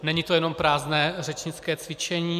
Není to jenom prázdné řečnické cvičení?